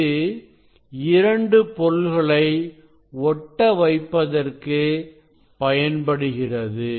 இது இரண்டு பொருள்களை ஒட்ட வைப்பதற்கு பயன்படுகிறது